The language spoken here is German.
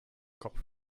kopf